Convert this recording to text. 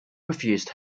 refused